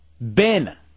Ben